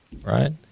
right